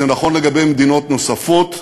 זה נכון לגבי מדינות נוספות,